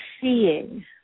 seeing